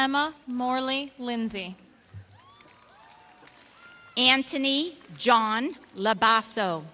emma morley lindsay antony john so